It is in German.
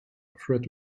fred